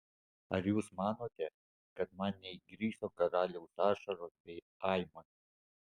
ar jūs manote kad man neįgriso karaliaus ašaros bei aimanos